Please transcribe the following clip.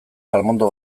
palmondo